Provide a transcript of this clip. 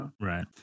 Right